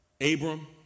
Abram